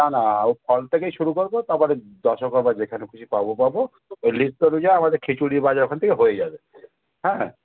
না না ও ফল থেকেই শুরু করবো তারপরে দশকর্মা যেখানে খুশি পাবো পাবো ওই লিস্ট অনুযায়ী আমাদের খিচুড়ির বাজার ওখান থেকে হয়ে যাবে হ্যাঁ